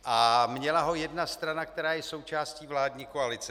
A měla ho jedna strana, která je součástí vládní koalice.